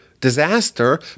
disaster